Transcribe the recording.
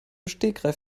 stegreif